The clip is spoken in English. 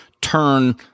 turn